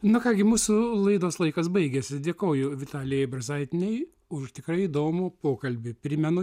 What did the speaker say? na ką gi mūsų laidos laikas baigėsi dėkoju vitalijai brazaitienei už tikrai įdomų pokalbį primenu